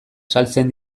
saltzen